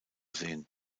sehen